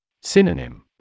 Synonym